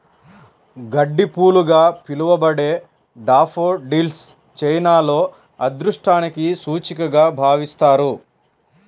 గడ్డిపూలుగా పిలవబడే డాఫోడిల్స్ చైనాలో అదృష్టానికి సూచికగా భావిస్తారు